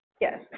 Yes